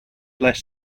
less